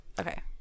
okay